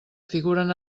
figuren